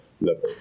level